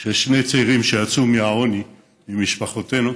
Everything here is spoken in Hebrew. של שני צעירים שיצאו מהעוני עם משפחותינו.